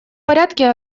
порядке